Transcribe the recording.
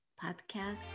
podcast